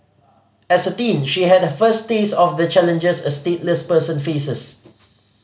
as a teen she had her first taste of the challenges a stateless person faces